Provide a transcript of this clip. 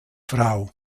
frau